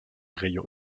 rayons